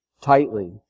tightly